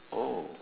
oh